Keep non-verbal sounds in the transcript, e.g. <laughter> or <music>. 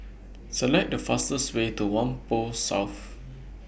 <noise> Select The fastest Way to Whampoa South